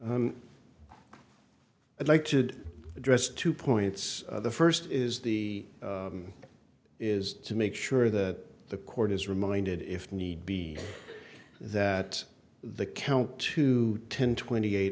you i'd like to address two points the first is the is to make sure that the court is reminded if need be that the count to ten twenty eight